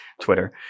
Twitter